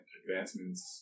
advancements